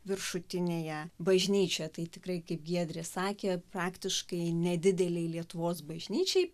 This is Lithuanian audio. viršutinėje bažnyčia tai tikrai kaip giedrė sakė praktiškai nedidelei lietuvos bažnyčiai